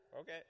okay